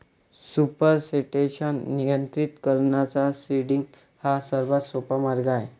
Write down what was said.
supersaturation नियंत्रित करण्याचा seeding हा सर्वात सोपा मार्ग आहे